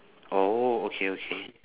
oh okay okay